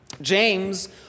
james